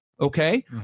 okay